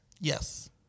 Yes